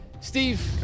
Steve